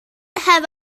have